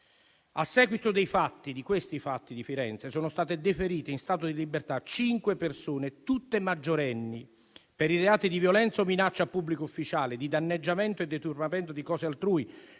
A seguito di questi fatti di Firenze, sono state deferite in stato di libertà 5 persone, tutte maggiorenni, per i reati di violenza o minaccia a pubblico ufficiale, di danneggiamento e deturpamento di cose altrui,